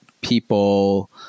people